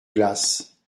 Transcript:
glace